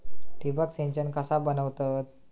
ठिबक सिंचन कसा बनवतत?